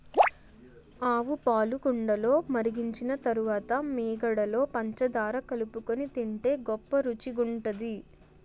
ఆవుపాలు కుండలో మరిగించిన తరువాత మీగడలో పంచదార కలుపుకొని తింటే గొప్ప రుచిగుంటది